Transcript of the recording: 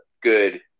good